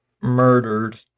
murdered